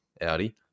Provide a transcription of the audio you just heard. Audi